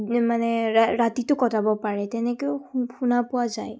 মানে ৰাতিটো কটাব পাৰে তেনেকৈও শুনা পোৱা যায়